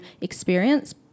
experience